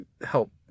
help